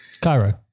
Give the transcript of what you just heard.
Cairo